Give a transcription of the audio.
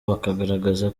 bakagaragaza